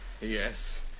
Yes